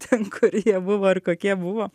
ten kur jie buvo ir kokie buvo